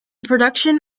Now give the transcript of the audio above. production